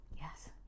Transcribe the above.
Yes